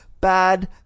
bad